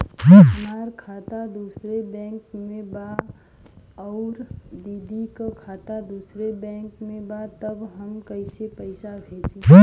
हमार खाता दूसरे बैंक में बा अउर दीदी का खाता दूसरे बैंक में बा तब हम कैसे पैसा भेजी?